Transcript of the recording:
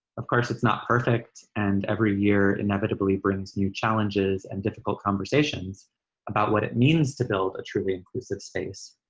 of course it's not perfect and every year inevitably brings new challenges and difficult conversations about what it means to build a truly inclusive space.